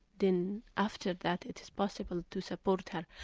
then after that it's possible to support her.